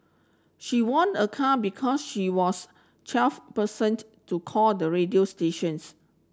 she won a car because she was twelve percent to call the radio stations